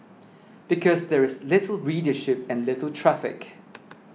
because there is little readership and little traffic